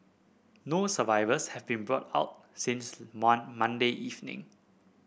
no survivors have been brought out since Mon Monday evening